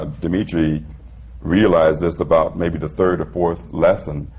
ah dmitri realizes, about maybe the third or fourth lesson,